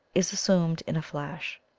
is assumed in a flash.